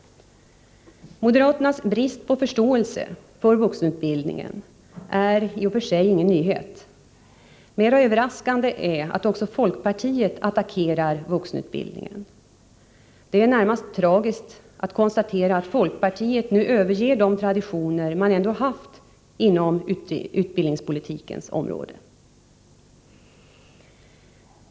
Moderaternas brist på föreståelse för vuxenutbildningen är i och för sig ingen nyhet. Mera överraskande är att också folkpartiet attackerar vuxenutbildningen. Det är närmast tragiskt att konstatera att folkpartiet nu överger de traditioner man ändå haft på utbildningspolitikens område.